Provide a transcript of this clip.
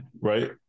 Right